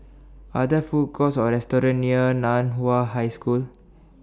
Are There Food Courts Or restaurants near NAN Hua High School